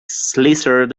slithered